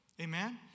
Amen